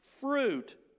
fruit